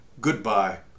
goodbye